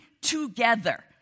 together